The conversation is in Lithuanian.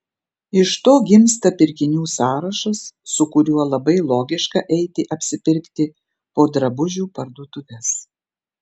iš to gimsta pirkinių sąrašas su kuriuo labai logiška eiti apsipirkti po drabužių parduotuves